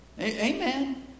Amen